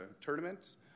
tournaments